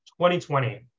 2020